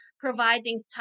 providing